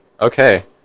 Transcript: Okay